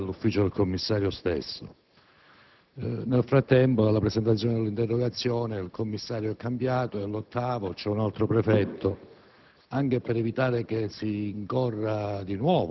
che sembrerebbe non abbiano mai partecipato alle attività dell'ufficio del commissario stesso. Nel frattempo, dalla presentazione dell'interrogazione ad oggi, il commissario è cambiato - è l'ottavo - e c'è un altro prefetto.